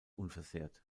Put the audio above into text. unversehrt